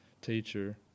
teacher